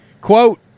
Quote